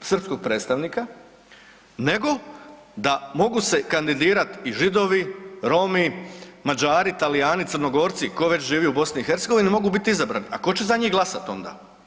srpskog predstavnika, nego da mogu se kandidirati i Židovi, Romi, Mađari, Talijani, Crnogorci tko već živi u BiH, mogu biti izabrani, a tko će za njih glasat onda.